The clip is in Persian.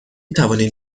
توانید